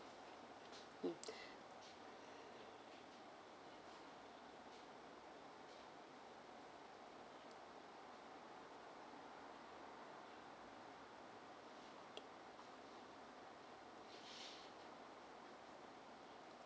mm